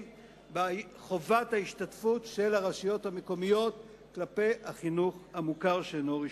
בחובת ההשתתפות של הרשויות המקומיות כלפי החינוך המוכר שאינו רשמי.